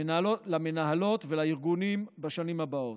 למנהלות ולארגונים בשנים הבאות.